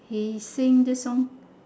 he sing this song